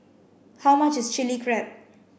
how much is Chilli Crab